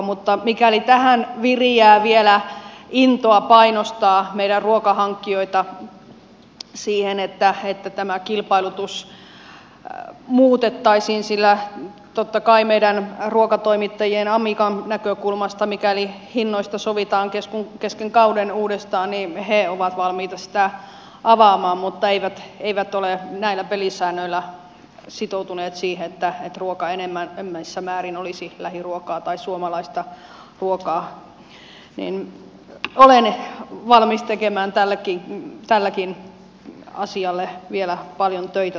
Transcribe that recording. mutta mikäli viriää vielä intoa painostaa meidän ruokahankkijoitamme siihen että tämä kilpailutus muutettaisiin sillä totta kai meidän ruokatoimittajan amican näkökulmasta mikäli hinnoista sovitaan kesken kauden uudestaan he ovat valmiita sitä avaamaan mutta eivät ole näillä pelisäännöillä sitoutuneet siihen että ruoka enenevässä määrin olisi lähiruokaa tai suomalaista ruokaa niin olen valmis tekemään tässäkin asiassa vielä paljon töitä